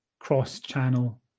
cross-channel